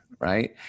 right